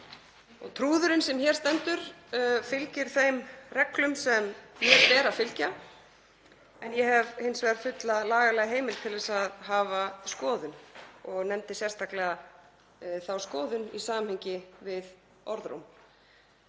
Trúðurinn sem hér stendur fylgir þeim reglum sem mér ber að fylgja en ég hef hins vegar fulla lagalega heimild til þess að hafa skoðun og nefndi sérstaklega þá skoðun í samhengi við orðróm.